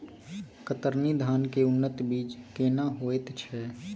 कतरनी धान के उन्नत बीज केना होयत छै?